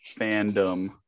fandom